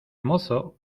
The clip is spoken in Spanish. mozo